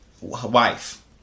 wife